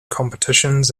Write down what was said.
competitions